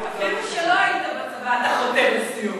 אפילו שלא היית בצבא אתה חותר לסיום.